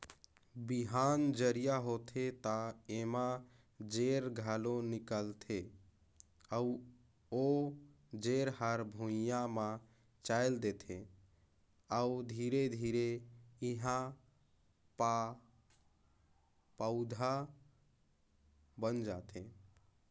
बिहान जरिया होथे त एमा जेर घलो निकलथे अउ ओ जेर हर भुइंया म चयेल देथे अउ धीरे धीरे एहा प पउधा बन जाथे